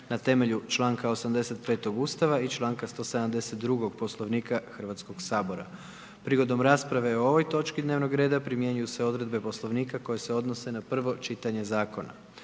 na temelju članka 85 Ustava i članka 172 Poslovnika Hrvatskog sabora. Prigodom rasprave o ovoj točki dnevnog reda primjenjuju se odredbe Poslovnika koje se odnose na prvo čitanje zakona.